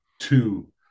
two